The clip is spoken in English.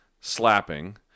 slapping